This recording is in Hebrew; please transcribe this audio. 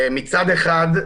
מצד אחד,